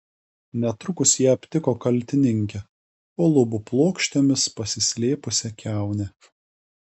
netrukus jie aptiko kaltininkę po lubų plokštėmis pasislėpusią kiaunę